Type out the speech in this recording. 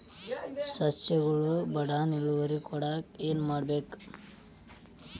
ಸಸ್ಯಗಳು ಬಡಾನ್ ಇಳುವರಿ ಕೊಡಾಕ್ ಏನು ಮಾಡ್ಬೇಕ್?